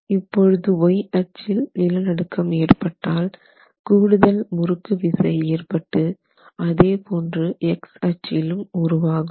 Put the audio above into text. இப்பொழுது Y அச்சில் நிலநடுக்கம் ஏற்பட்டால் கூடுதல் முறுக்கு விசை ஏற்பட்டு அதேபோன்று x அச்சிலும் உருவாகும்